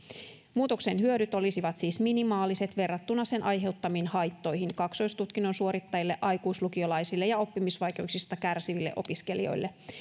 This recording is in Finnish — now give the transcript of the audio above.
muutoksen hyödyt olisivat siis minimaaliset verrattuna sen aiheuttamiin haittoihin kaksoistutkinnon suorittajille aikuislukiolaisille ja oppimisvaikeuksista kärsiville opiskelijoille